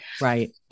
Right